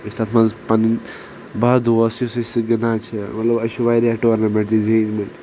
أسۍ چھ تتھ منٛز پننۍ باہ دوس یُس أسۍ یہِ گندان چھِ مطلب اسہِ چھِ واریاہ ٹورنمنٹ تہِ زیٖنمٕتۍ